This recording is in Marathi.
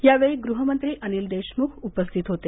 यावेळी गृहमंत्री अनिल देशमुख उपस्थित होते